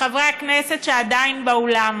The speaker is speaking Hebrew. בחברי הכנסת שעדיין באולם: